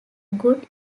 good